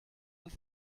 and